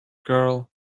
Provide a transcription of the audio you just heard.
girl